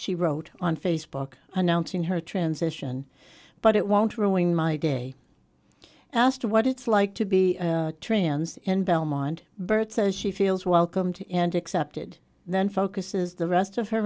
she wrote on facebook announcing her transition but it won't ruin my day as to what it's like to be trans in belmont birth says she feels welcome to and accepted then focuses the rest of her